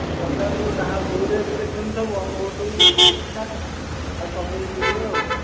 ଏ ବଜାରରୁ ଯାହା ଯେଉଁ ରେଟ୍ରେ କିଣୁଛ ମୋଠୁ ସେଇଟା ଆଉ କମେଇକି କିଣିବ ଆଉ